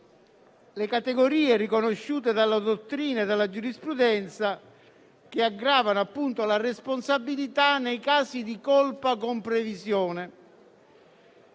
le categorie riconosciute dalla dottrina e dalla giurisprudenza che aggravano la responsabilità nei casi di colpa con previsione.